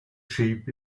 sheep